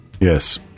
Yes